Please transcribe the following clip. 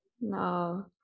no